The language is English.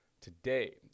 today